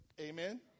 Amen